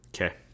Okay